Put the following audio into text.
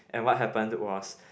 and what happened was